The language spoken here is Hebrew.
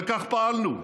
וכך פעלנו.